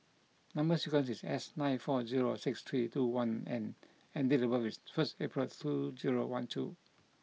number sequence is S nine four zero six three two one N and date of birth is first April two zero one two